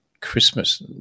Christmas